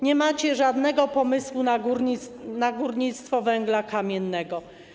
Nie macie żadnego pomysłu na górnictwo węgla kamiennego.